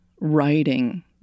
writing